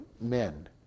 men